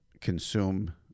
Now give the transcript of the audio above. consume